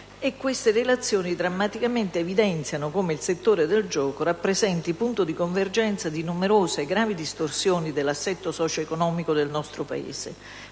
condividere e drammaticamente evidenziano come il settore del gioco rappresenti il punto di convergenza di numerose, gravi distorsioni dell'assetto socio-economico del nostro Paese: